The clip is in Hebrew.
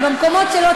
אבל במקומות שלא,